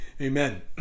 Amen